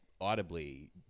audibly